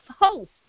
host